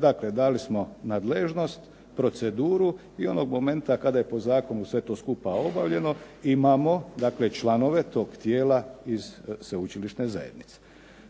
Dakle dali smo nadležnost, proceduru i onog momenta kada je po zakonu sve to skupa obavljeno imamo dakle članove tog tijela iz sveučilišne zajednice.